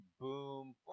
boom